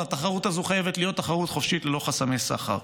אבל התחרות הזו חייבת להיות תחרות חופשית ללא חסמי שכר.